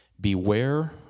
Beware